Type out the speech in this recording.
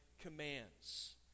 commands